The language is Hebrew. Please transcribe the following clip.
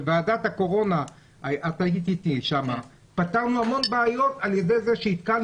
בוועדת הקורונה פתרנו המון בעיות על-ידי זה שעדכנו